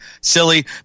silly